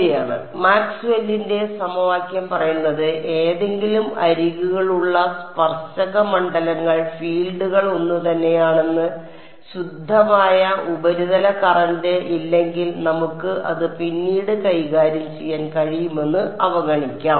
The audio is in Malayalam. ശരിയാണ് മാക്സ്വെല്ലിന്റെ സമവാക്യം പറയുന്നത് ഏതെങ്കിലും അതിരുകളുള്ള സ്പർശക മണ്ഡലങ്ങൾ ഫീൽഡുകൾ ഒന്നുതന്നെയാണെന്ന് ശുദ്ധമായ ഉപരിതല കറന്റ് ഇല്ലെങ്കിൽ നമുക്ക് അത് പിന്നീട് കൈകാര്യം ചെയ്യാൻ കഴിയുമെന്ന് അവഗണിക്കാം